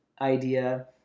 idea –